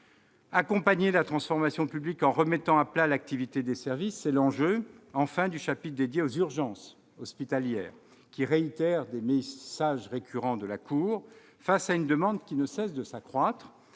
Accompagner la transformation publique en remettant à plat l'activité des services : c'est l'enjeu, enfin, du chapitre dédié aux urgences hospitalières, qui réitère des messages récurrents de la Cour des comptes. Alors que la demande ne cesse de croître,